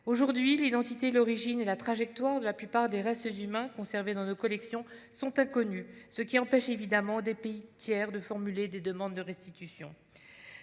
Aujourd'hui, l'identité, l'origine et la trajectoire de la plupart des restes humains conservés dans nos collections sont inconnues, ce qui empêche évidemment des pays tiers de formuler des demandes de restitution.